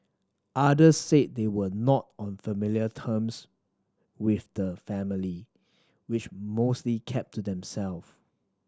others said they were not on familiar terms with the family which mostly kept to them self